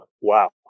wow